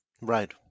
Right